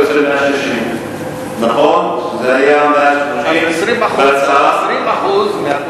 130, ובסופו של דבר זה יוצא 160. 20% מהתוכנית,